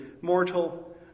mortal